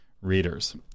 readers